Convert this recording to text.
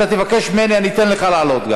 תבקש ממני ואני אתן לך לעלות.